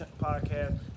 Podcast